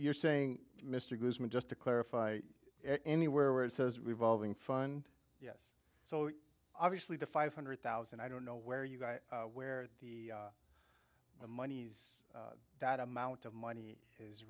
you're saying mr goodman just to clarify anywhere where it says revolving fun yes so obviously the five hundred thousand i don't know where you got where the monies that amount of money is